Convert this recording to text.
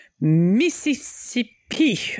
Mississippi